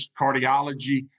cardiology